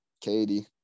Katie